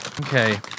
Okay